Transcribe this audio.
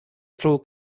through